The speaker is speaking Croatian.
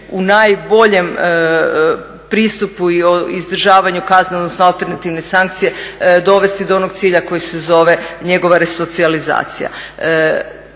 u najboljem pristupu i o izdržavanju kazne, odnosno alternativnih sankcije dovesti do onog cilja koji se zove njegova resocijalizacija.